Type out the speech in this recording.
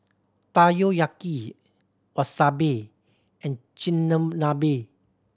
Takoyaki Wasabi and Chigenabe